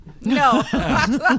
No